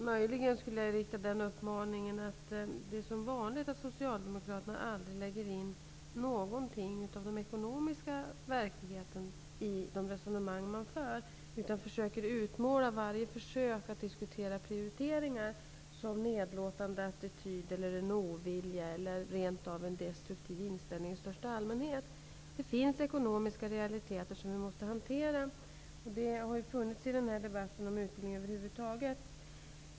Möjligen skulle jag vilja säga att Socialdemokraterna som vanligt inte lägger in någonting av den ekonomiska verkligheten i de resonemang de för, utan utmålar varje försök att diskutera prioriteringar som uttryck för nedlåtande attityd, ovilja eller destruktiv inställning i största allmänhet. Det finns ekonomiska realiteter som vi måste hantera, och de realiteterna har ju funnits i debatten om utbildning över huvud taget.